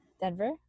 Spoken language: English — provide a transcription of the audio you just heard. Denver